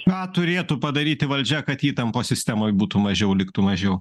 ką turėtų padaryti valdžia kad įtampos sistemoj būtų mažiau liktų mažiau